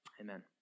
Amen